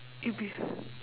it'd be